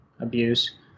abuse